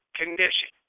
condition